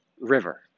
river